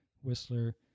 Whistler